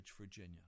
Virginia